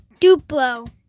Duplo